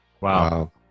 wow